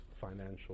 financial